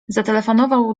zatelefonował